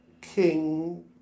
king